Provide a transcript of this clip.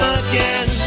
again